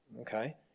okay